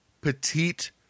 petite